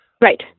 Right